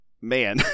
man